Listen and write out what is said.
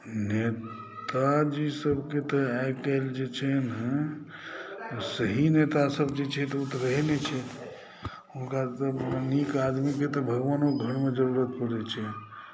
नेताजी सभकेँ तऽ आइ काल्हि छै ने सही नेतासभ छथि ओसभ तऽ रहैत नहि छथि ओकरा तऽ नीक आदमीके तऽ भगवानो घरमे जरूरत पड़ैत छै